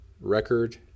record